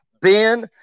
Ben